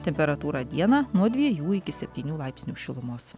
temperatūra dieną nuo dviejų iki septynių laipsnių šilumos